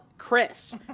Chris